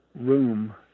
room